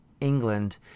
england